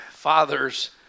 fathers